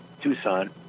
Tucson